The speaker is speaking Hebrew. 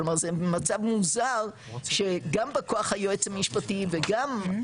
כלומר זה מצב מוזר שגם בא כוח היועץ המשפטי וגם